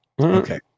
Okay